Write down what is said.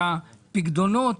את הפקדונות,